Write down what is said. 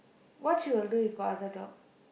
what she will do if got other dog